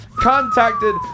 contacted